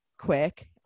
quick